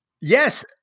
Yes